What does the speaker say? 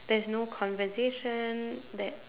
there's no conversation that